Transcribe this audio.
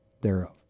thereof